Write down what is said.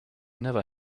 never